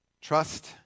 Trust